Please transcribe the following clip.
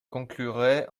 conclurai